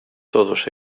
todos